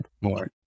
more